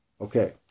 Okay